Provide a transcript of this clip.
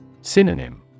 Synonym